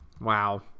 wow